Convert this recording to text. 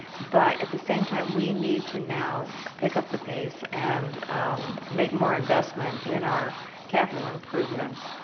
but at the same time we need to now pick up the pace and make more investment in our capital improvements.